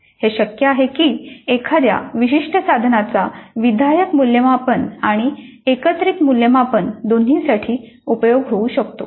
हे शक्य आहे की एखाद्या विशिष्ट साधनाचा विधायक मूल्यमापन आणि एकत्रित मूल्यमापन दोन्हीसाठी उपयोग होऊ शकतो